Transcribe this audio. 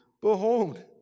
Behold